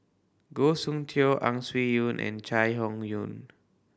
Goh Soon Tioe Ang Swee Aun and Chai Hon Yoong